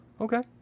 Okay